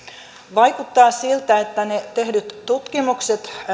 vaikuttaa siltä että ne tehdyt tutkimukset